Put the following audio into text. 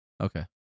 Okay